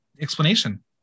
explanation